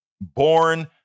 born